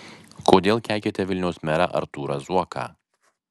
kodėl keikiate vilniaus merą artūrą zuoką